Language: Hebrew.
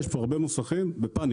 יש פה הרבה מוסכים בפניקה,